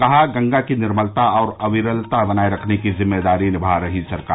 कहा गंगा की निर्मलता और अविरलता बनाए रखने की जिम्मेदारी निभा रही सरकार